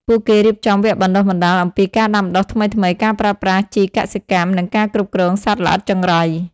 ពួកគេរៀបចំវគ្គបណ្ដុះបណ្ដាលអំពីការដាំដុះថ្មីៗ ការប្រើប្រាស់ជីកសិកម្ម និងការគ្រប់គ្រងសត្វល្អិតចង្រៃ។